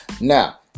now